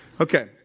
Okay